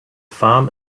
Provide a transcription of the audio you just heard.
farm